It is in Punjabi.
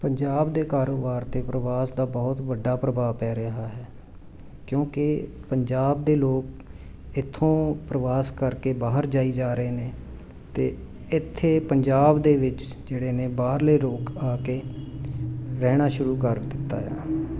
ਪੰਜਾਬ ਦੇ ਕਾਰੋਬਾਰ 'ਤੇ ਪ੍ਰਵਾਸ ਦਾ ਬਹੁਤ ਵੱਡਾ ਪ੍ਰਭਾਵ ਪੈ ਰਿਹਾ ਹੈ ਕਿਉਂਕਿ ਪੰਜਾਬ ਦੇ ਲੋਕ ਇੱਥੋਂ ਪ੍ਰਵਾਸ ਕਰਕੇ ਬਾਹਰ ਜਾਈ ਜਾ ਰਹੇ ਨੇ ਅਤੇ ਇੱਥੇ ਪੰਜਾਬ ਦੇ ਵਿੱਚ ਜਿਹੜੇ ਨੇ ਬਾਹਰਲੇ ਲੋਕ ਆ ਕੇ ਰਹਿਣਾ ਸ਼ੁਰੂ ਕਰ ਦਿੱਤਾ ਆ